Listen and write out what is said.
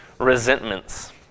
resentments